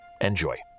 Enjoy